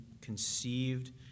conceived